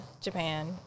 Japan